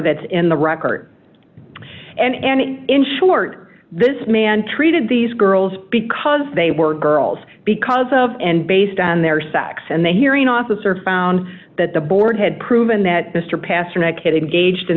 that's in the record and and in short this man treated these girls because they were girls because of and based on their sex and the hearing officer found that the board had proven that mr pasternack engaged in